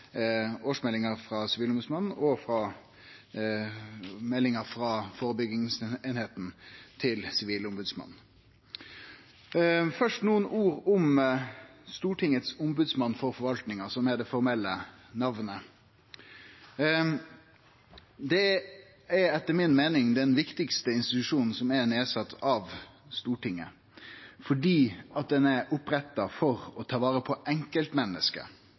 årsmeldinga frå Sivilombodsmannen og meldinga frå eininga for førebygging hos Sivilombodsmannen. Først nokre ord om Stortingets ombodsmann for forvaltninga, som er det formelle namnet: Dette er etter mi meining den viktigaste institusjonen som er sett ned av Stortinget, fordi den er oppretta for å ta vare på enkeltmennesket